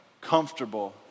comfortable